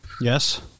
yes